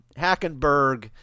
Hackenberg